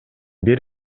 бир